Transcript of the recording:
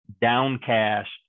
downcast